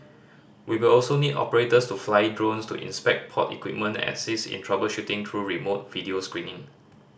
we will also need operators to fly drones to inspect port equipment and assist in troubleshooting through remote video screening